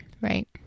Right